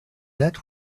that